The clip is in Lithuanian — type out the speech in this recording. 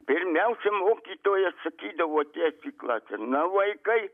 pirmiausia mokytoja sakydavo atėjusi į klasę na vaikai